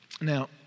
Now